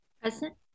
Present